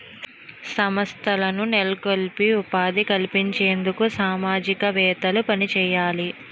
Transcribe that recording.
సంస్థలను నెలకొల్పి ఉపాధి కల్పించేందుకు సామాజికవేత్తలు పనిచేయాలి